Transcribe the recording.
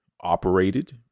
operated